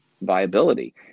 viability